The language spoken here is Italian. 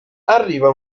arriva